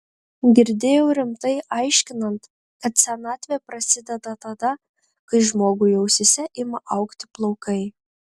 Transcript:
girdėjau rimtai aiškinant kad senatvė prasideda tada kai žmogui ausyse ima augti plaukai